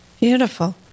Beautiful